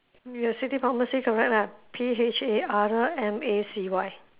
your city pharmacy correct lah P H A R M A C Y